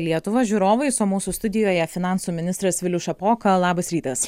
lietuva žiūrovais o mūsų studijoje finansų ministras vilius šapoka labas rytas